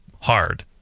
hard